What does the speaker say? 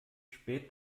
spät